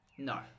No